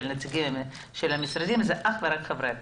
נציגי המשרדים זה אך ורק חברי הכנסת.